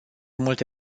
multe